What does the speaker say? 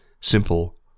Simple